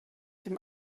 dem